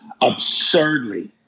absurdly